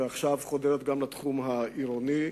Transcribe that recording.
שחודרת עכשיו גם לתחום העירוני,